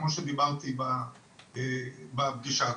גמו שדיברתי בפגישה הקודמת.